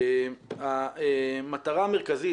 המטרה המרכזית,